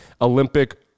Olympic